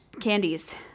candies